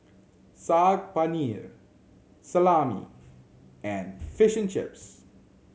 Saag Paneer Salami and Fish Chips